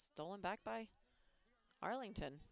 stolen back by arlington